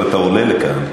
אבל אתה עולה לכאן,